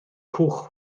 cwch